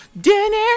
Dinner